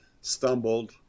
stumbled